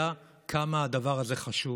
יודע, כמה הדבר הזה חשוב.